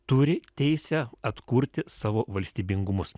turi teisę atkurti savo valstybingumus